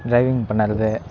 driving பண்ணுறது